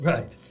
Right